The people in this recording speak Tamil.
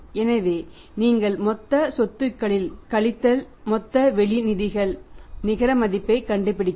எனவே நீங்கள் மொத்த சொத்துகளின் கழித்தல் மொத்த வெளி நிதிகள் நிகர மதிப்பைக் கண்டுபிடிக்கவும்